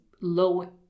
low